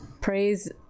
praise